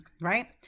right